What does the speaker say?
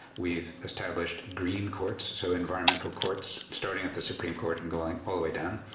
we've established green courts, so environmental courts starting at the supreme court and going all the way down.